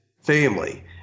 family